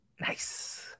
Nice